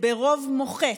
ברוב מוחץ,